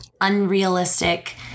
unrealistic